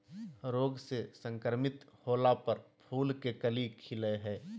रोग से संक्रमित होला पर फूल के कली खिलई हई